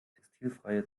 textilfreie